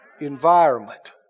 Environment